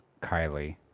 Kylie